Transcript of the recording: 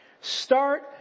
Start